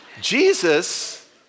Jesus